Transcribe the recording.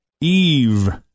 Eve